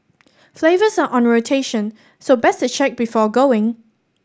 flavours are on rotation so best to check before going